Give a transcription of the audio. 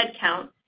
headcount